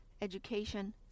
education